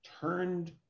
turned